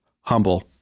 humble